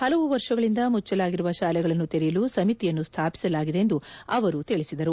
ಹಲವು ವರ್ಷಗಳಿಂದ ಮುಚ್ಚಲಾಗಿರುವ ಶಾಲೆಗಳನ್ನು ತೆರೆಯಲು ಸಮಿತಿಯನ್ನು ಸ್ಥಾಪಿಸಲಾಗಿದೆ ಎಂದು ಅವರು ತಿಳಿಸಿದರು